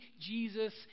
Jesus